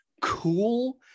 cool